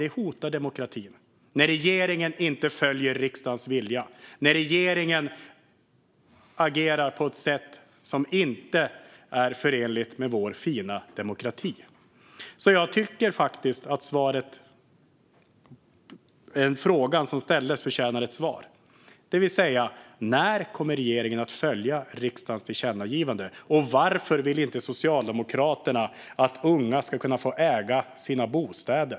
Det hotar demokratin när regeringen inte följer riksdagens vilja, när regeringen agerar på ett sätt som inte är förenligt med vår fina demokrati. Frågan som ställdes förtjänar ett svar. När kommer regeringen att följa riksdagens tillkännagivande? Och varför vill inte Socialdemokraterna att unga ska kunna äga sina bostäder?